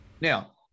Now